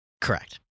Correct